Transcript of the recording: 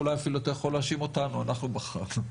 אולי אתה אפילו יכול להאשים אותנו אנחנו בחרנו,